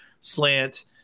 slant